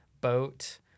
boat